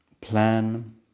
plan